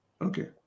Okay